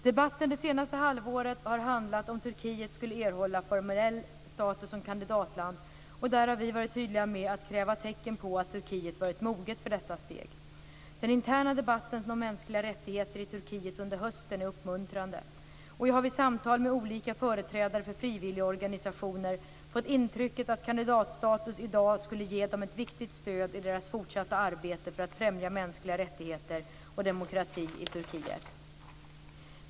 Debatten det senaste halvåret har handlat om huruvida Turkiet skulle erhålla formell status som kandidatland, och där har vi varit tydliga med att kräva tecken på att Turkiet varit moget för detta steg. Den interna debatten om mänskliga rättigheter i Turkiet under hösten är uppmuntrande, och jag har vid samtal med olika företrädare för frivilligorganisationer fått intrycket att kandidatstatus i dag skulle ge dem ett viktigt stöd i deras fortsatta arbete för att främja mänskliga rättigheter och demokrati i Turkiet.